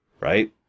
right